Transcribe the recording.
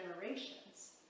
generations